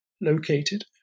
located